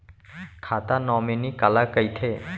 खाता नॉमिनी काला कइथे?